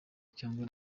cyangwa